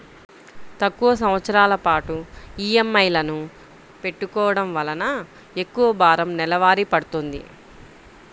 తక్కువ సంవత్సరాల పాటు ఈఎంఐలను పెట్టుకోవడం వలన ఎక్కువ భారం నెలవారీ పడ్తుంది